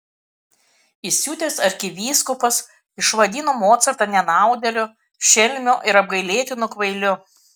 įsiutęs arkivyskupas išvadino mocartą nenaudėliu šelmiu ir apgailėtinu kvailiu